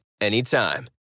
anytime